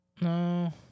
No